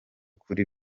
kuri